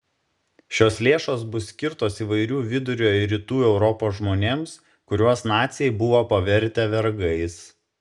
šios lėšos bus skirtos įvairių vidurio ir rytų europos žmonėms kuriuos naciai buvo pavertę vergais